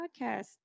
podcast